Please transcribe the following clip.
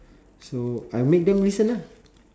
so I will make them listen lah